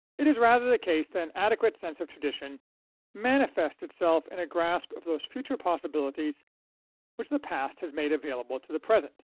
it is rather the case that and adequate sense of tradition manifests itself in a grasp of those future possibilities which the past has made available to the present.